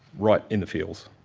right in the feels.